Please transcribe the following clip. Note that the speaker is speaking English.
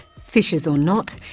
fissures or not,